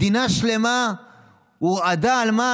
מדינה שלמה הורעדה, על מה?